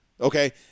Okay